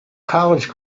college